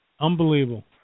Unbelievable